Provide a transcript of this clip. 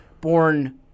born